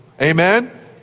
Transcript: Amen